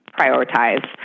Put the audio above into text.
prioritize